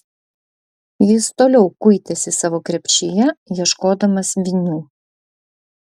jis toliau kuitėsi savo krepšyje ieškodamas vinių